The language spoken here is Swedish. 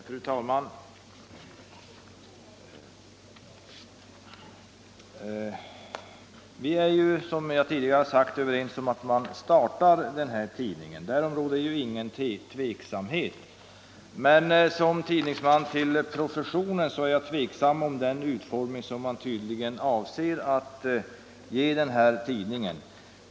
Fru talman! Vi är, som jag tidigare sagt, överens om att man skall starta den här tidningen. Därom råder det ingen tveksamhet. Men som tidningsman till professionen är jag tveksam om den utformning man tydligen avser att ge den här tidningen.